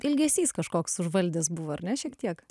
ilgesys kažkoks užvaldęs buvo ar ne šiek tiek